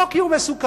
לא כי הוא מסוכן,